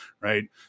right